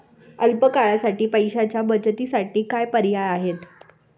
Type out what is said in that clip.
अल्प काळासाठी पैशाच्या बचतीसाठी काय पर्याय आहेत?